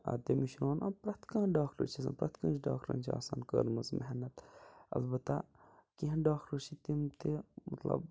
ادٕ تٔمِس چھُ وَنان پرٛیٚتھ کانٛہہ ڈاکٹر چھُ آسان پرٛیٚتھ کٲنٛسہِ ڈاکٹرَن چھِ آسان کٔرمٕژ محنت البتہ کیٚنٛہہ ڈاکٹر چھِ تِم تہِ مطلب